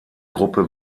gruppe